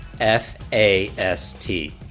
F-A-S-T